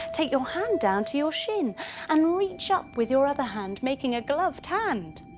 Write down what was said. take your hand down to your shin and reach up with your other hand making a gloved hand.